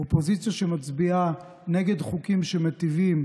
אופוזיציה שמצביעה נגד חוקים שמיטיבים